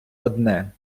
одне